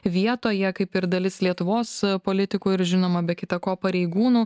vietoje kaip ir dalis lietuvos politikų ir žinoma be kita ko pareigūnų